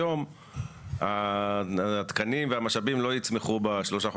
היום אנחנו משתמשים בהפקעות במכסה,